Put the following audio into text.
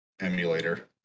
emulator